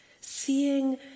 seeing